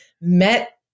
met